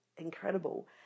incredible